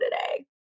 today